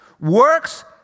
works